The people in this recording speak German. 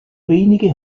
wenige